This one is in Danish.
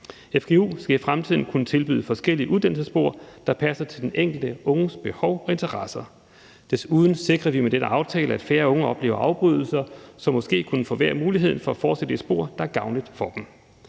Fgu skal i fremtiden kunne tilbyde forskellige uddannelsesspor, der passer til den enkelte unges behov og interesser. Desuden sikrer vi med denne aftale, at færre unge oplever afbrydelser, som måske kunne forværre muligheden for at fortsætte i et spor, der er gavnligt for dem.